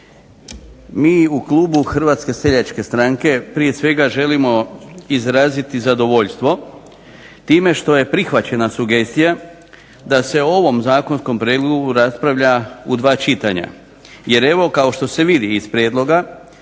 Mi u klubu HSS-a prije svega želimo izraziti zadovoljstvo time što je prihvaćena sugestija da se o ovom zakonskom prijedlogu raspravlja u dva čitanja, jer evo kao što se vidi iz prijedloga